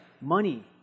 money